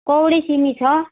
कौडे सिमी छ